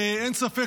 ואין ספק